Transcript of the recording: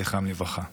זכרם לברכה.